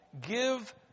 Give